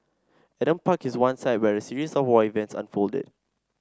Adam Park is one site where a series of war events unfolded